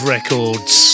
Records